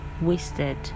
wasted